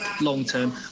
long-term